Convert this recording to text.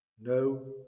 No